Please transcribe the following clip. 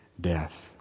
death